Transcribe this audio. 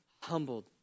humbled